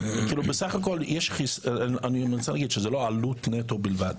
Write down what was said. זאת לא עלות נטו בלבד,